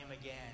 again